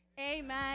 Amen